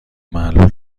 معلول